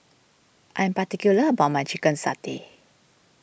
I am particular about my Chicken Satay